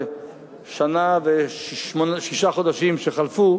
בשנה וששת החודשים שחלפו,